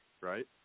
right